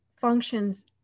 functions